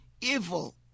evil